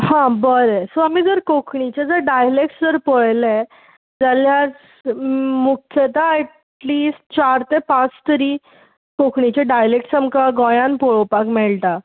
हां बरें सो आमीं जर कोंकणीचे जर डायलॅक्ट जर पळयले जाल्यार मुख्यता ऍटलिस्ट चार ते पांच तरी कोंकणीचे डायलॅक्ट्स आमकां गोंयान पळोवपाक मेळटा